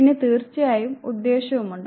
പിന്നെ തീർച്ചയായും ഉദ്ദേശ്യവുമുണ്ട്